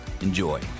Enjoy